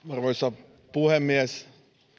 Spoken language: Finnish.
arvoisa puhemies